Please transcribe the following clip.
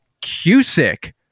Cusick